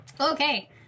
Okay